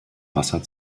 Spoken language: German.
wasser